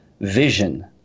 vision